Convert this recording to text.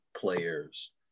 players